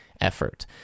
effort